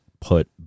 put